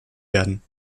werden